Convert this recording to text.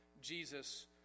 Jesus